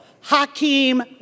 Hakeem